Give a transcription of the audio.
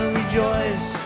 rejoice